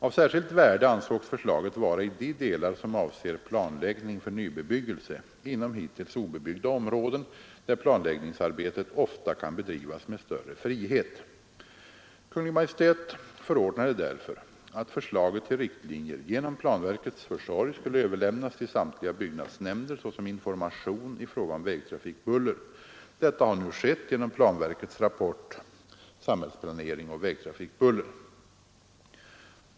Av särskilt värde ansågs förslaget vara i de delar som avser planläggning för nybebyggelse inom hittills obebyggda områden där planläggningsarbetet ofta kan bedrivas med större frihet. Kungl. Maj:t förordnade därför att förslaget till riktlinjer genom planverkets försorg skulle överlämnas till samtliga byggnadsnämnder såsom information i fråga om vägtrafikbuller. Detta har nu skett genom planverkets rapport Samhällsplanering och vägtrafikbuller.